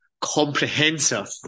Comprehensive